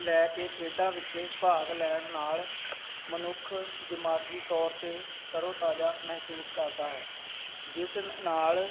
ਲੈ ਕੇ ਖੇਡਾਂ ਵਿੱਚ ਭਾਗ ਲੈਣ ਨਾਲ ਮਨੁੱਖ ਦਿਮਾਗੀ ਤੌਰ 'ਤੇ ਤਰੋ ਤਾਜ਼ਾ ਮਹਿਸੂਸ ਕਰਦਾ ਹੈ ਜਿਸ ਨਾਲ